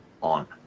on